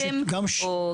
גשם או?